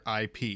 IP